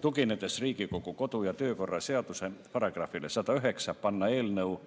tuginedes Riigikogu kodu- ja töökorra seaduse §-le 109, panna eelnõu